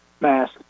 mask